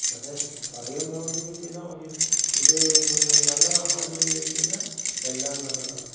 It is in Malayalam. പക്ഷെ പറയുകയും പ്രവര്ത്തിക്കുകയും ചെയ്താൽ മതി ഇത് പിന്നെ നല്ലതാണോ അല്ലയോയെന്നു ചോദിച്ചു കഴിഞ്ഞാൽ എല്ലാം നല്ലതാണ്